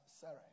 Sarah